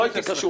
לא הייתי קשוב.